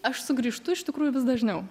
aš sugrįžtu iš tikrųjų vis dažniau